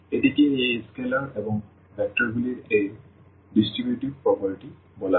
এটিকে এই স্কেলার এবং ভেক্টরগুলির এর ডিস্ট্রিবিউটিভ প্রপার্টি বলা হয়